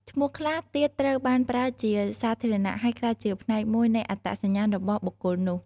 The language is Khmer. ឈ្មោះខ្លះទៀតត្រូវបានប្រើជាសាធារណៈ ហើយក្លាយជាផ្នែកមួយនៃអត្តសញ្ញាណរបស់បុគ្គលនោះ។